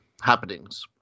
happenings